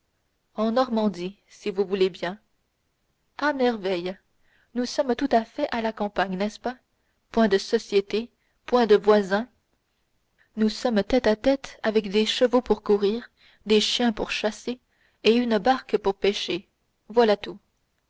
en normandie si vous voulez bien à merveille nous sommes tout à fait à la campagne n'est-ce pas point de société point de voisins nous sommes tête à tête avec des chevaux pour courir des chiens pour chasser et une barque pour pêcher voilà tout